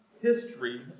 history